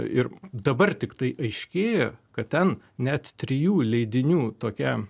ir dabar tiktai aiškėja kad ten net trijų leidinių tokia